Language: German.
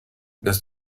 dass